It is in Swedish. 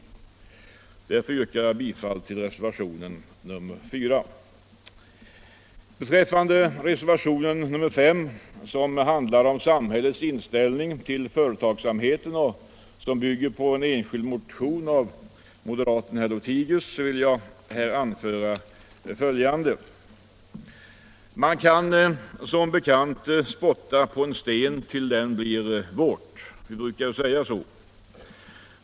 Därför yrkar jag bifall till reservationen 4. Beträffande reservationen 5, som handlar om samhällets inställning till företagsamheten och som bygger på en enskild motion av moderaten herr Lothigius, vill jag anföra följande. Det heter som bekant att den sten som många spottar på blir slutligen våt.